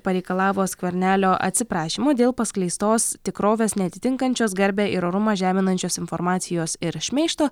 pareikalavo skvernelio atsiprašymo dėl paskleistos tikrovės neatitinkančios garbę ir orumą žeminančios informacijos ir šmeižto